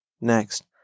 next